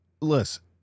Listen